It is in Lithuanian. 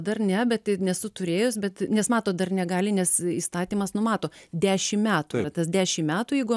dar ne bet nesu turėjus bet nes matot dar negali nes įstatymas numato dešim metų va tas dešim metų jeigu